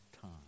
time